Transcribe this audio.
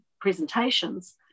presentations